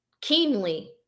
keenly